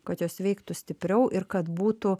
kad jos veiktų stipriau ir kad būtų